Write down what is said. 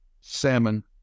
salmon